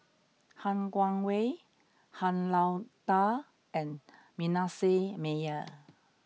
Han Guangwei Han Lao Da and Manasseh Meyer